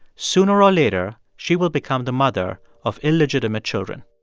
sooner or later, she will become the mother of illegitimate children.